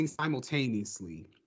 simultaneously